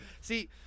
See